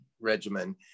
regimen